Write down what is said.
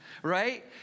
Right